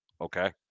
okay